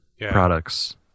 products